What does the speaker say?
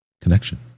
Connection